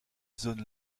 zone